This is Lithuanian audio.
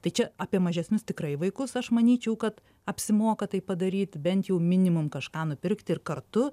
tai čia apie mažesnius tikrai vaikus aš manyčiau kad apsimoka tai padaryti bent jau minimum kažką nupirkti ir kartu